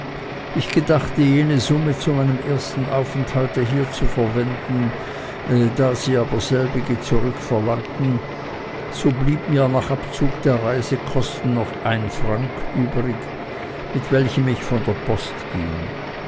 ich gedachte jene summe zu meinem ersten aufenthalte hier zu verwenden da sie aber selbige zurückverlangten so blieb mir nach abzug der reisekosten noch ein franc übrig mit welchem ich von der post ging